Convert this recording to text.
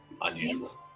unusual